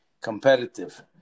competitive